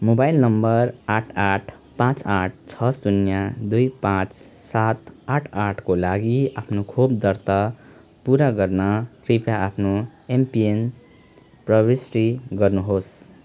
mobile number आठ आठ पाँच आठ छ शून्य दुई पाँच सात आठ आठको लागि आफ्नो खोप दर्ता पुरा गर्न कृपया आफ्नो एमपिएन प्रविष्टी गर्नुहोस्